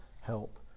help